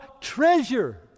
treasure